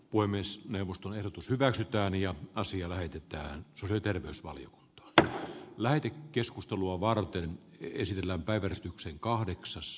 puhemiesneuvoston ehdotus hyväksytään ja asia lähetetään ry terveysvalio tyttö lähti keskustelua varten esillä päivystyksen katkaistaan